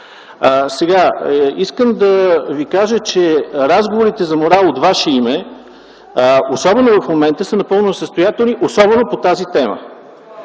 Искам да Ви кажа, че разговорите за морал от Ваше име, особено в момента, са напълно несъстоятелни, особено по тази тема.